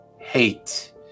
hate